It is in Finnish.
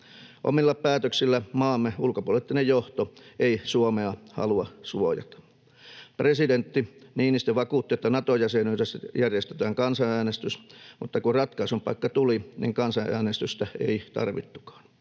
Omilla päätöksillä maamme ulkopoliittinen johto ei Suomea halua suojata. Presidentti Niinistö vakuutti, että Nato-jäsenyydestä järjestetään kansanäänestys, mutta kun ratkaisun paikka tuli, niin kansanäänestystä ei tarvittukaan.